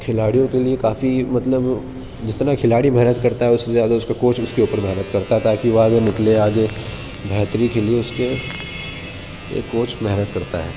کھلاڑیوں کے لیے کافی مطلب جتنا کھلاڑی محنت کرتا ہے اس سے زیادہ اس کا کوچ اس کے اوپر محنت کرتا ہے تاکہ وہ آگے نکلے آگے بہتری کے لیے اس کے کوچ محنت کرتا ہے